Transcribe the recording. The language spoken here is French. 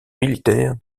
militaire